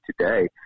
today